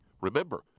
Remember